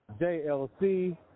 JLC